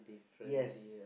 yes